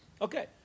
Okay